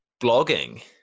blogging